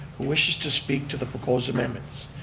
who wishes to speak to the proposed amendments.